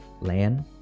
land